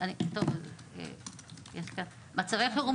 מצבי חירום,